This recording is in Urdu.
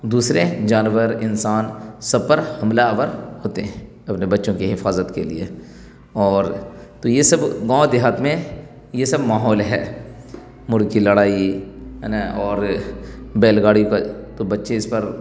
دوسرے جانور انسان سب پر حملہ آور ہوتے ہیں اپنے بچوں کی حفاظت کے لیے اور تو یہ سب گاؤں دیہات میں یہ سب ماحول ہے مرغ کی لڑائی ہے نا اور بیل گاڑی کا تو بچے اس پر